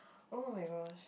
oh-my-gosh